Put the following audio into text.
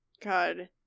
God